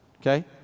okay